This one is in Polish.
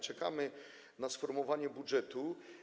Czekamy na sformułowanie budżetu.